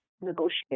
negotiate